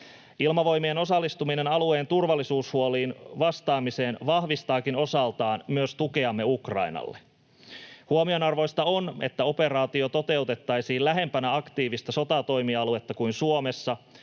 Ilmavoimien osallistuminen alueen turvallisuushuoliin vastaamiseen vahvistaakin osaltaan myös tukeamme Ukrainalle. Huomionarvoista on, että operaatio toteutettaisiin lähempänä aktiivista sotatoimialuetta kuin Suomessa